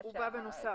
הוא בנוסף.